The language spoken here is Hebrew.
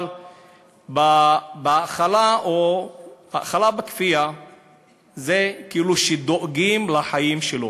אבל האכלה בכפייה זה כאילו דואגים לחיים שלו,